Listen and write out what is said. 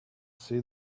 see